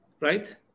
right